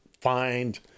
find